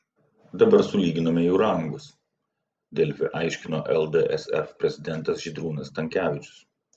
dabar sulyginome jų rangus delfi aiškino ldsf prezidentas žydrūnas stankevičius